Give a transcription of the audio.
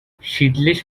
seedless